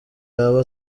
yaba